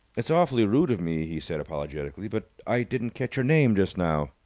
it's awfully rude of me, he said, apologetically, but i didn't catch your name just now.